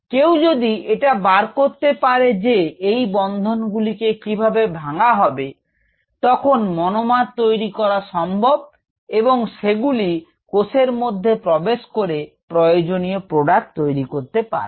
কেউ যদি এটা বার করতে পারে যে এই বন্ধন গুলিকে কিভাবে ভাঙ্গা হবে তখন মনোমার তৈরি করা সম্ভব এবং সেগুলি কোষের মধ্যে প্রবেশ করে প্রয়োজনীয় প্রোডাক্ট তৈরি করতে পারবে